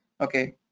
okay